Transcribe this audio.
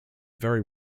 very